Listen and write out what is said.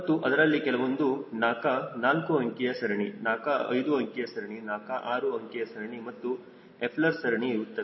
ಮತ್ತು ಅದರಲ್ಲಿ ಕೆಲವೊಂದು NACA 4 ಅಂಕಿಯ ಸರಣಿ NACA 5 ಅಂಕಿಯ ಸರಣಿ NACA 6 ಅಂಕಿಯ ಸರಣಿ ಮತ್ತು ಎಫ್ಲರ್ ಸರಣಿ ಇರುತ್ತವೆ